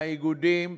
האיגודים,